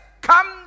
come